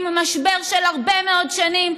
משבר של הרבה מאוד שנים,